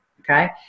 Okay